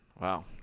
Wow